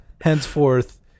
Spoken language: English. henceforth